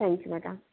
thank you madam